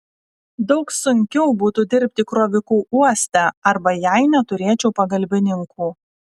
daug sunkiau būtų dirbti kroviku uoste arba jei neturėčiau pagalbininkų